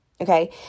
okay